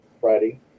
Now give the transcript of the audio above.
Friday